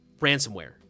ransomware